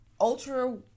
ultra